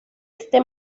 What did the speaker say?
este